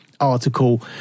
article